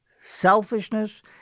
selfishness